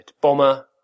Bomber